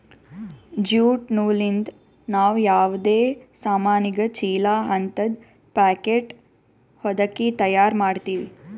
jute ನೂಲಿಂದ್ ನಾವ್ ಯಾವದೇ ಸಾಮಾನಿಗ ಚೀಲಾ ಹಂತದ್ ಪ್ಯಾಕೆಟ್ ಹೊದಕಿ ತಯಾರ್ ಮಾಡ್ತೀವಿ